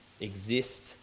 exist